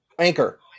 Anchor